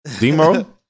Demo